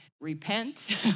repent